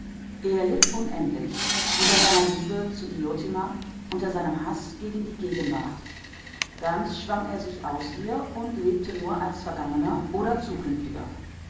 er litt unendlich unter seiner liebe zu diotima unter seinem haß gegen die gegenwart ganz schwang er sich aus ihr und lebte nur als vergangener oder zukünftiger